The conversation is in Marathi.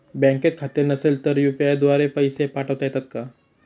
बँकेत खाते नसेल तर यू.पी.आय द्वारे पैसे पाठवता येतात का?